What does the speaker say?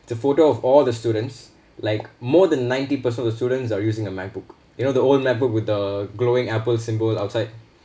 it's a photo of all the students like more than ninety percent of the students are using a macbook you know the old macbook with the glowing apple symbol outside